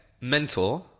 Mentor